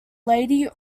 lady